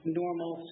normal